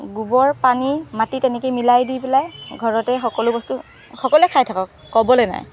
গোবৰ পানী মাটিত এনেকৈ মিলাই দি পেলাই ঘৰতে সকলো বস্তু সকলোৱে খাই থাকক ক'বলৈ নাই